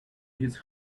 his